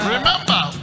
Remember